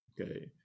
okay